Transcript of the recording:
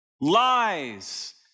lies